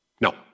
No